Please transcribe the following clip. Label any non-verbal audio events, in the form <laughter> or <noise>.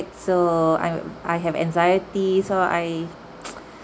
so I'm I have anxiety so I <noise>